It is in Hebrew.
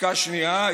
עסקה שנייה,